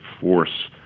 force